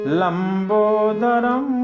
lambodaram